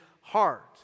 heart